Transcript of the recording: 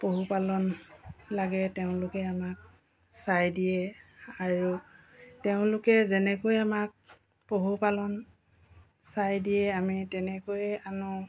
পশুপালন লাগে তেওঁলোকে আমাক চাই দিয়ে আৰু তেওঁলোকে যেনেকৈ আমাক পশুপালন চাই দিয়ে আমি তেনেকৈয়ে আনো